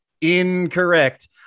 incorrect